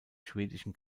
schwedischen